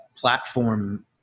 Platform